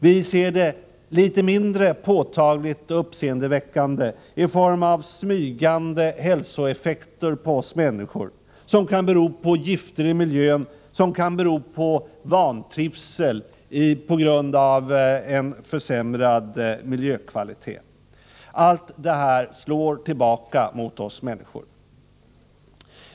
Vi ser det litet mindre påtagligt och uppseendeväckande i form av smygande hälsoeffekter på oss människor som kan bero på gifter i miljön och som kan bero på vantrivsel på grund av en försämrad miljökvalitet. Allt det här slår tillbaka mot oss människor.